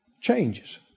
Changes